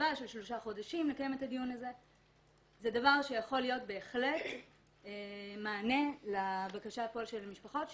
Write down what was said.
זה דבר שיכול להוות מענה לבקשה של המשפחות.